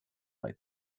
might